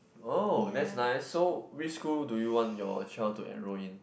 oh that's nice so which school do you want your child to enroll in